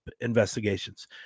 Investigations